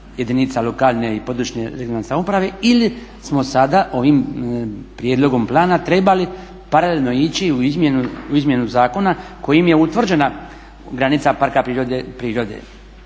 jedinica lokalne i područne (regionalne) samouprave ili smo sada ovim prijedlogom plana trebali paralelno ići u izmjenu zakona kojim je utvrđena granica Parka prirode